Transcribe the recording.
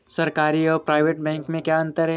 सरकारी और private bank में क्या अंतर है?